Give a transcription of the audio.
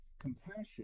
Compassion